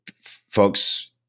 folks